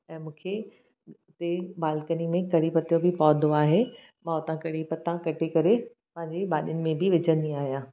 ऐं मूंखे उते बालकनी में कढ़ी पतो बि पौधो आहे मां उतां कढ़ी पता बि कटे करे पंहिंजी भाॼियुनि में विझंदी आहियां